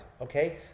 okay